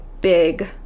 big